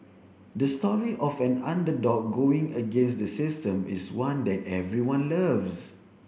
the story of an underdog going against the system is one that everyone loves